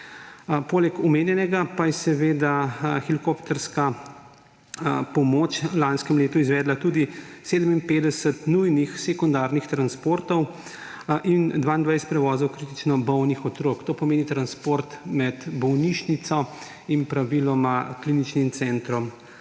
Poleg omenjenega je helikopterska pomoč v lanskem letu izvedla tudi 57 nujnih sekundarnih transportov in 22 prevozov kritično bolnih otrok. To pomeni transport med bolnišnico in praviloma Kliničnim centrom